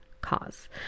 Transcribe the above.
cause